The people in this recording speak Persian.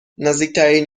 نزدیکترین